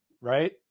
right